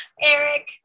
Eric